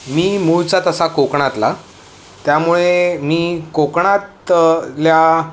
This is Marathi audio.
मी मुळचा तसा कोकणातला त्यामुळे मी कोकणातल्या